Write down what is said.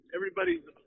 Everybody's